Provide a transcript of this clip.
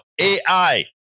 AI